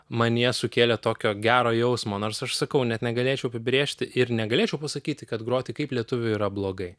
manyje sukėlė tokio gero jausmo nors aš sakau net negalėčiau apibrėžti ir negalėčiau pasakyti kad groti kaip lietuviui yra blogai